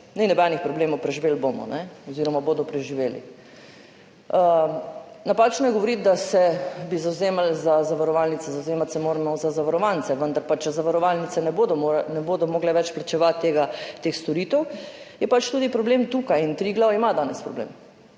ni nobenih problemov, preživeli bomo oziroma bodo preživeli. Napačno je govoriti, da bi se zavzemali za zavarovalnice, zavzemati se moramo za zavarovance. Vendar pa če zavarovalnice ne bodo mogle več plačevati teh storitev, je pač problem tudi tukaj. In Triglav ima danes problem,